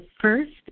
first